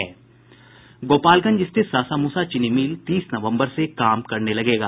गोपालगंज स्थित सासामूसा चीनी मिल तीस नवम्बर से काम करने लगेगा